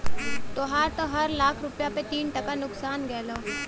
तोहार त हर लाख रुपया पे तीन टका नुकसान गयल हौ